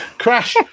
Crash